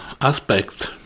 aspects